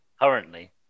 Currently